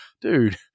dude